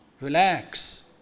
Relax